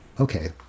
Okay